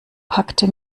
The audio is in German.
packte